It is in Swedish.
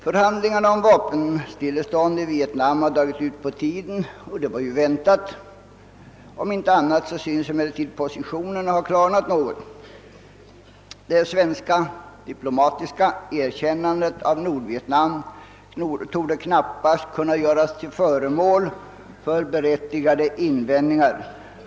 Förhandlingarna om vapenstillestånd i Vietnam har dragit ut på tiden, och det var ju väntat. Om inte annat synes emellertid positionerna ha klarnat något. Det svenska diplomatiska erkännandet av Nordvietnam torde knappast kunna. göras till föremål för berättigade invändningar.